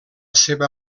seva